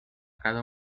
cada